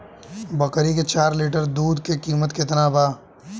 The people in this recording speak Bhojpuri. बकरी के चार लीटर दुध के किमत केतना बा?